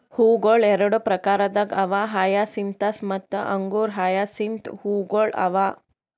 ಹೂವುಗೊಳ್ ಎರಡು ಪ್ರಕಾರದಾಗ್ ಅವಾ ಹಯಸಿಂತಸ್ ಮತ್ತ ಅಂಗುರ ಹಯಸಿಂತ್ ಹೂವುಗೊಳ್ ಅವಾ